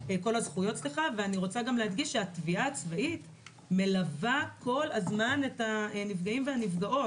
אני רוצה גם להדגיש שהתביעה הצבאית מלווה כל הזמן את הנפגעים והנפגעות,